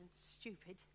stupid